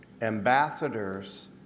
ambassadors